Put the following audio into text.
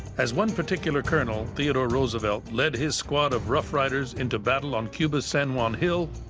as one particular colonel, theodore roosevelt, lead his squad of rough riders into battle on cuba's san juan hill,